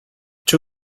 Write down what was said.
czy